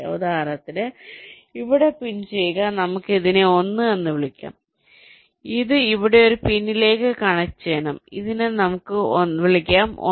ഉദാഹരണത്തിന് ഇവിടെ പിൻ ചെയ്യുക നമുക്ക് ഇതിനെ 1 എന്ന് വിളിക്കാം ഇത് ഇവിടെ ഒരു പിന്നിലേക്ക് കണക്റ്റുചെയ്യണം നമുക്ക് ഇതിനെ വിളിക്കാം 1